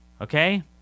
Okay